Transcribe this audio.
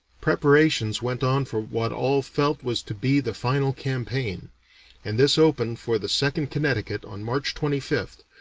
preparations went on for what all felt was to be the final campaign and this opened for the second connecticut on march twenty fifth,